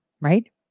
right